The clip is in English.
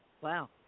Wow